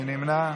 מי נמנע?